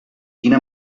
quina